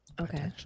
Okay